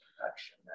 production